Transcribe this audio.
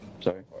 Sorry